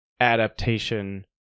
adaptation